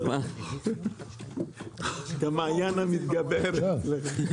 לאשר את זה כמות שזה בניסוח כזה.